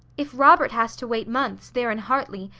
if robert has to wait months, there in hartley,